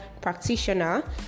practitioner